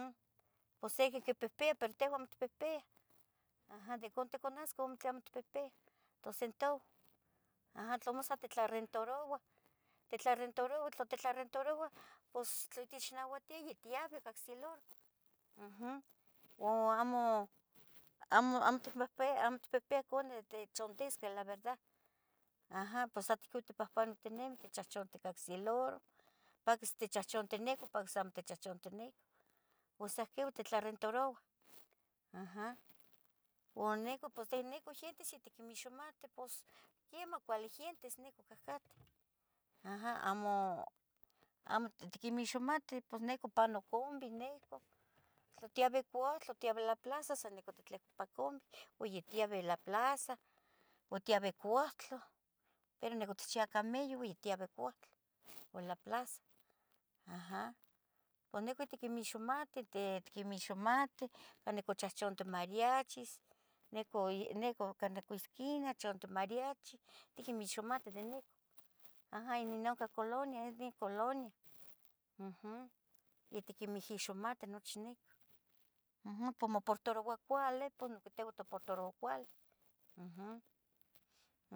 Um pos sequeh quipihpiah pero tehua amo ticpihpiah aha de conih itcanasqueh ua tle amo itpihpiah tocentau, aha, tlamo sa titlarentarouah, titlarentarouah, tla titlarentarouah, pos tla tech nauatiah yatibeh ca ocse loro, uhm, o amo, amo tic amo tpihpiah amo ticpihpiah canih ittzontisqueh la verda, aha pos sa ticu itpahpanotinimih, tichachanticah ocse loro, paquis tichahchanti nicu, paquis amo tichahchanti nicu, pos sa ihquiu titlarentarouah, aha, ua nicu pos necu gientes yatiquimixmatih pos quiemah cuali gientes nicu cahcateh aha, amo, amo itquimixmatih pos nicu pano combi nicu, tla tiabeh cpouhtlah, tla tiabeh la plaza sa nicu titlehco pa combi, ua ya tiabeh la plaza, o tiabeh cpouhtlah, pero nicu tichiah camello ua ya tiabeh cpouhtlah o la plaza, aha, cunica tiquixmatih te tiquimixmatih, canicu chahchantih mariachis, nicu, nicu nacuic esquina, chantih mariachi tiquimixmatih de nicu, aha ini nonca colonia es mi colonia, uhm, ya tiquimihixmatih nochi nicu, uhm, ua moportaroua cuali pues noihquih tehua itmoportarouah cuali, uhm.